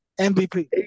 MVP